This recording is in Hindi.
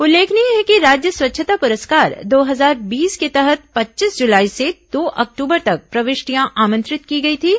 उल्लेखनीय है कि राज्य स्वच्छता पुरस्कार दो हजार बीस के तहत पच्चीस जुलाई से दो अक्टूबर तक प्रविष्टिया आमंत्रित की गई थीं